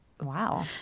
Wow